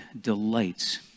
delights